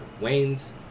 Wayne's